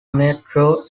metro